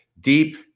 deep